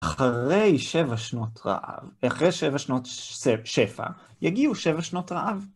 אחרי שבע שנות רעב... אחרי שבע שנות שפע, יגיעו שבע שנות רעב.